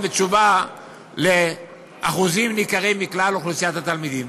ותשובה לאחוזים ניכרים מכלל אוכלוסיית התלמידים.